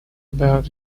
about